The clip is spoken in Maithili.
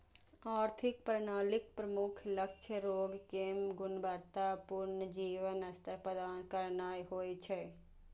आर्थिक प्रणालीक प्रमुख लक्ष्य लोग कें गुणवत्ता पूर्ण जीवन स्तर प्रदान करनाय होइ छै